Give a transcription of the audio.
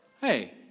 Hey